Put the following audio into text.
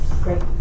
Great